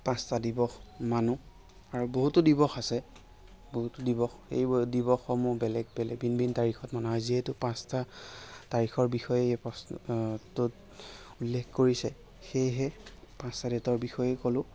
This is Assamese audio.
পাঁচটা দিৱস মানো আৰু বহুতো দিৱস আছে বহুতো দিৱস এই দিৱসসমূহ বেলেগ বেলেগ ভিন ভিন তাৰিখত মনা হয় যিহেতু পাঁচটা তাৰিখৰ বিষয়ে এই প্ৰশ্নটোত উল্লেখ কৰিছে সেয়েহে পাঁচটা ডেটৰ বিষয়ে ক'লোঁ